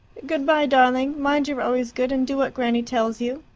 good-bye, darling. mind you're always good, and do what granny tells you.